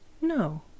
No